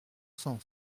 son